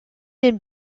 den